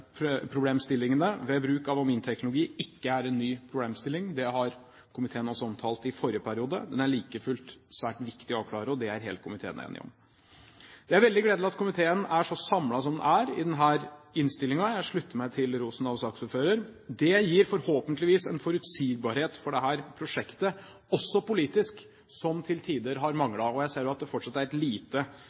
at helseproblemstillingen ved bruk av aminteknologi ikke er en ny problemstilling. Det har komiteen omtalt også i forrige periode, men det er like fullt svært viktig å avklare, og det er hele komiteen enig om. Det er veldig gledelig at komiteen er så samlet som den er i denne innstillingen. Jeg slutter meg til rosen av saksordføreren. Det gir forhåpentligvis en forutsigbarhet for dette prosjektet også politisk, som til tider har manglet, og jeg ser at det fortsatt er et lite